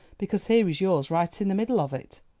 because here is yours right in the middle of it.